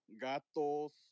gatos